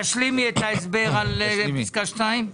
דרורית, תשלימי את ההסבר על פסקה (2).